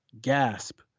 Gasp